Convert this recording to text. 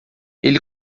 ele